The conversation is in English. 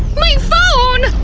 my phone! oh,